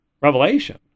revelation